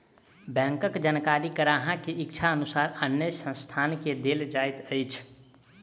बैंकक जानकारी ग्राहक के इच्छा अनुसार अन्य संस्थान के देल जाइत अछि